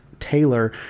taylor